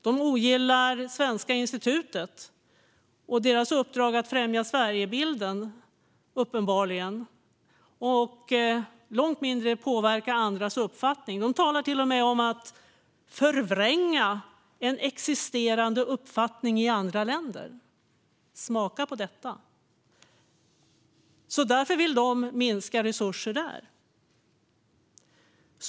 De ogillar Svenska institutet och uppenbarligen dess uppdrag att främja Sverigebilden och vill långt mindre påverka andras uppfattning. De talar till och med om att förvränga en existerande uppfattning i andra länder. Smaka på detta! Därför vill de minska resurser där.